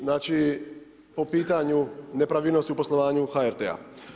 Znači po pitanju nepravilnosti o poslovanju HRT-a.